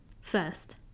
First